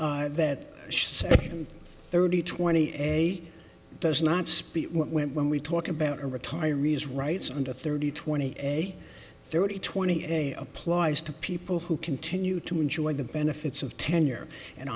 add that section thirty twenty eight does not speak when we talk about retirees rights under thirty twenty thirty twenty a applies to people who continue to enjoy the benefits of tenure and